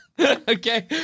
Okay